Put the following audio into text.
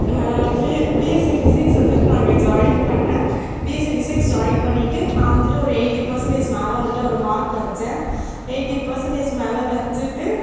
B BSc physics வந்துட்டு நான் அங்கே ஜாயின் பண்ணேன் பிஎஸ்சி ஃபிசிக்ஸ் ஜாயின் பண்ணிட்டு நான் வந்துட்டு ஒரு எயிட்டி பர்சென்டேஜ் மேலே வந்துட்டு ஒரு மார்க் வச்சேன் எயிட்டி பர்சென்டேஜ் மேலே வச்சிகிட்டு